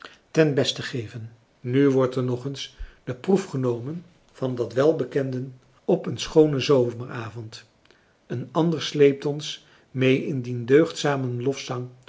ten beste geven nu wordt er nog eens de proef genomen van dat welbekende op een schoonen zomeravond een ander sleept ons mee in dien deugdzamen lofzang